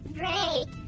great